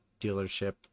dealership